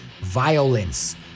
Violence